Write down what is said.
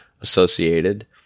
associated